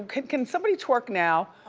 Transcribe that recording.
can can somebody twerk now?